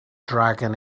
dragon